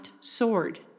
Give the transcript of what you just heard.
sword